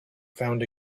found